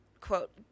quote